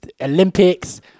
Olympics